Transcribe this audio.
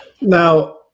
Now